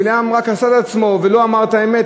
בלעם רק עשה את עצמו ולא אמר את האמת,